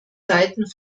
seiten